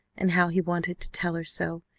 and how he wanted to tell her so,